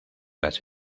las